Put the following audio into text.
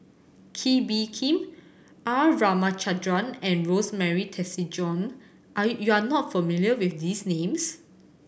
Kee Bee Khim R Ramachandran and Rosemary Tessensohn are you you are not familiar with these names